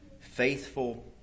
faithful